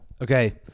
okay